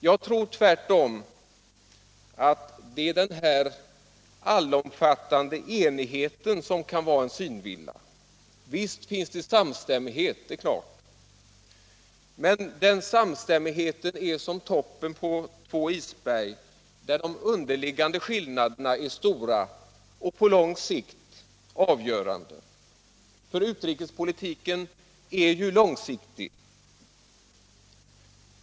Jag tror tvärtom att det är den allomfattande enigheten som kan vara en synvilla. Visst finns det samstämmighet — det är klart — men den samstämmigheten är som toppen på två isberg, där de underliggande skillnaderna är stora och på lång sikt avgörande. För utrikespolitiken är ju långsiktig.